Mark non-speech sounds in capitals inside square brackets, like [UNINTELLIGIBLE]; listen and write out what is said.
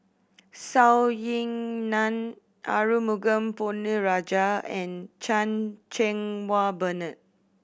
[UNINTELLIGIBLE] Ying Nan Arumugam Ponnu Rajah and Chan Cheng Wah Bernard